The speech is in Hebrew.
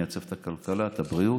נייצב את הכלכלה ואת הבריאות.